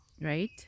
Right